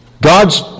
God's